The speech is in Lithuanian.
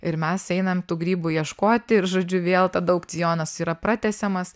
ir mes einam tų grybų ieškoti ir žodžiu vėl tada aukcionas yra pratęsiamas